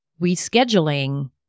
rescheduling